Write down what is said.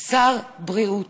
שר בריאות